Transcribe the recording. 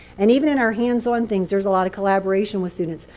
and even in our hands-on things, there's a lot of collaboration with students.